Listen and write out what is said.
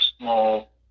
small